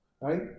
right